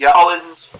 Collins